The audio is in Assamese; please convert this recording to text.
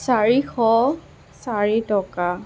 চাৰিশ চাৰি টকা